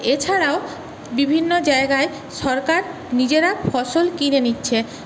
এছাড়াও বিভিন্ন জায়গায় সরকার নিজেরা ফসল কিনে নিচ্ছে